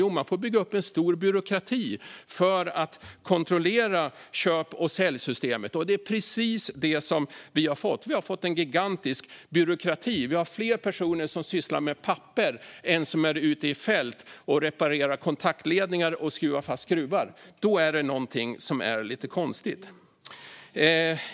Jo, man får bygga upp en stor byråkrati för att kontrollera köp och säljsystemet. Och det är precis det som vi har fått, en gigantisk byråkrati. Det är fler personer som sysslar med papper än de som är ute i fält och reparerar kontaktledningar och skruvar fast skruvar. Då är det någonting som är lite konstigt.